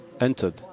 entered